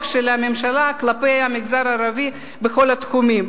של הממשלה כלפי המגזר הערבי בכל התחומים.